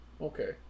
Okay